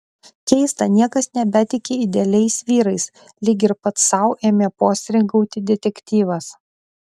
keista niekas nebetiki idealiais vyrais lyg ir pats sau ėmė postringauti detektyvas